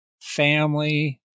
family